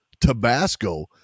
tabasco